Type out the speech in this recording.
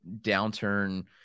downturn